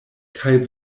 kaj